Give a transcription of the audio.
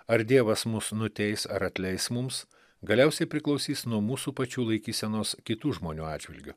ar dievas mus nuteis ar atleis mums galiausiai priklausys nuo mūsų pačių laikysenos kitų žmonių atžvilgiu